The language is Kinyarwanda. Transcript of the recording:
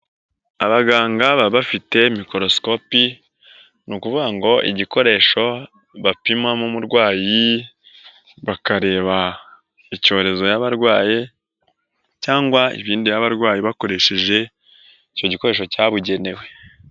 Abaganga baba bafite mikorosikopi, ni ukuvuga ngo igikoresho bapimamo umurwayi, bakareba icyorezo yaba abarwaye cyangwa ibindi yaba arwaye bakoresheje icyo gikoresho cyabugenewe.